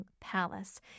Palace